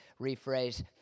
rephrase